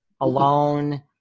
alone